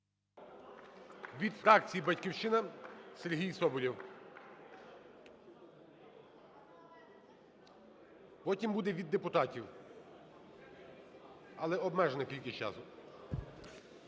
Від фракції "Батьківщина" Сергій Соболєв. Потім буде від депутатів. Але обмежена кількість часу.